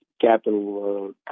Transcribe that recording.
capital